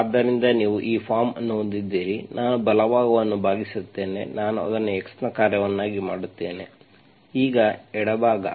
ಆದ್ದರಿಂದ ನೀವು ಈ ಫಾರ್ಮ್ ಅನ್ನು ಹೊಂದಿದ್ದೀರಿ ನಾನು ಬಲಭಾಗವನ್ನು ಭಾಗಿಸುತ್ತೇನೆ ನಾನು ಅದನ್ನು x ನ ಕಾರ್ಯವನ್ನಾಗಿ ಮಾಡುತ್ತೇನೆ ಈಗ ಎಡಭಾಗ